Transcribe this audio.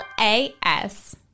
A-S